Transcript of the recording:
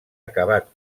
acabat